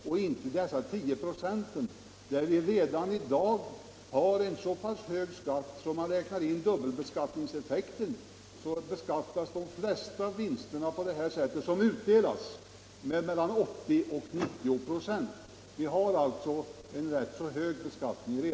Vi kan inte ingripa med en höjning av bolagsskatten, eftersom vi redan i dag har så hög skatt där att om man räknar in dubbelbeskattningseffekten beskattas de flesta vinster som utdelas med mellan 80 och 90 96.